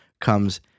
comes